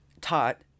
taught